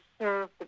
serve